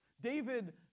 David